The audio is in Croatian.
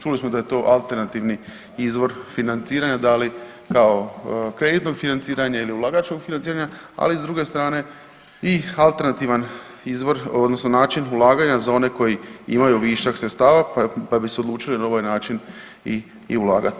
Čuli smo da je to alternativni izvor financiranja da li kao kreditnog financiranja ili ulagačkog financiranja ali s druge strane i alternativan izvor odnosno način ulaganja za one koji imaju višak sredstava pa bi se odlučili na ovaj način i ulagati.